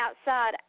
outside